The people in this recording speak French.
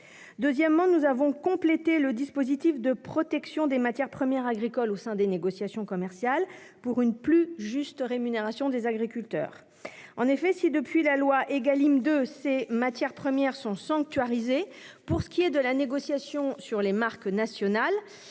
Deuxièmement, nous avons complété le dispositif de protection des matières premières agricoles au sein des négociations commerciales, pour une plus juste rémunération des agriculteurs. En effet, si ces matières premières sont sanctuarisées pour ce qui est de la négociation sur les marques nationales